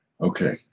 okay